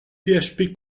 php